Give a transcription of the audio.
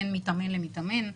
בין מתאמן למתאמן.